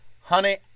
honey